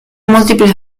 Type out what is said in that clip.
múltiples